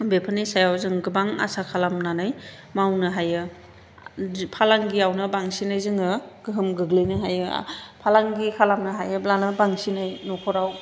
बेफोरनि सायाव जों गोबां आसा खालामनानै मावनो हायो फालांगियावनो बांसिनै जोङो गोहोम गोग्लैनो हायो फालांगि खालामनो हायोब्लानो बांसिनै न'खराव